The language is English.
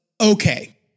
okay